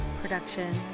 production